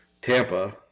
Tampa